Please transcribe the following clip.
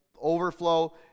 overflow